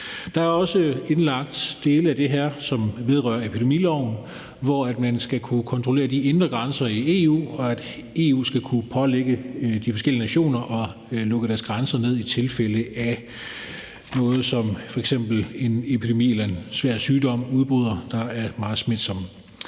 Der er også indlagt dele af det her, som vedrører epidemiloven, hvor man skal kunne kontrollere de indre grænser i EU, og EU skal kunne pålægge de forskellige nationer at lukke deres grænser ned i tilfælde af noget som f.eks., at en epidemi eller en svær sygdom, der er meget smitsom,